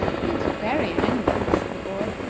he is very angry, said the boy,